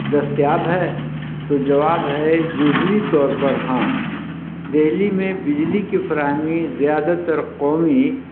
دستیاب ہے تو جواب ہے جزوی طور پر ہاں دہلی میں بجلی کی فراہمی زیادہ تر قومی